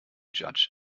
judge